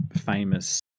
famous